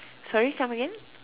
sorry come again